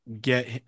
get